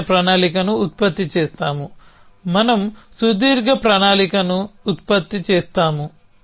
సరైన ప్రణాళికను ఉత్పత్తి చేస్తాము మనం సుదీర్ఘ ప్రణాళికను ఉత్పత్తి చేస్తాము